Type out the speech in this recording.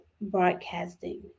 broadcasting